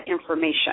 information